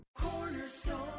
Cornerstone